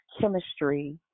chemistry